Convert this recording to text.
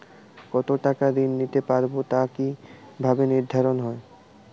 কতো টাকা ঋণ নিতে পারবো তা কি ভাবে নির্ধারণ হয়?